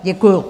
Děkuju.